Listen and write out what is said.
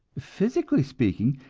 physically speaking,